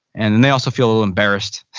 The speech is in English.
and and they also feel a little embarrassed.